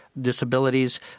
disabilities